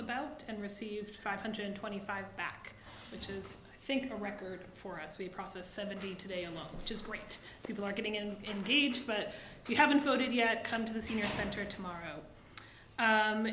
about and received five hundred twenty five back which is think the record for us we process seventy today a lot which is great people are getting and engaged but if you haven't voted yet come to the senior center tomorrow